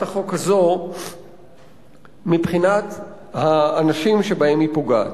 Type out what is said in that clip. החוק הזאת מבחינת האנשים שבהם היא פוגעת.